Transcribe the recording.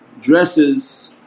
dresses